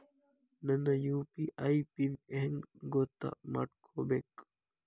ನನ್ನ UPI PIN ಹೆಂಗ್ ಗೊತ್ತ ಮಾಡ್ಕೋಬೇಕು?